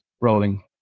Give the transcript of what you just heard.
rolling